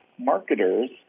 Marketers